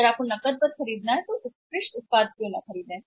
यदि आप नकदी खरीदने जा रहे हैं तो उत्कृष्ट उत्पाद क्यों न खरीदें